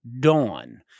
Dawn